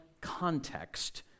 context